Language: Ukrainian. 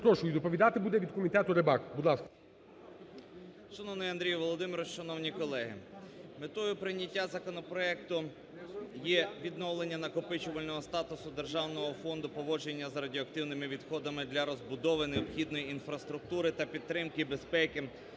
перепрошую, доповідати буде від комітету Рибак, будь ласка. 11:22:46 РИБАК І.П. Шановний Андрій Володимирович, шановні колеги, метою прийняття законопроекту є відновлення накопичувального статусу Державного фонду поводження з радіоактивними відходами для розбудови необхідної інфраструктури та підтримки безпеки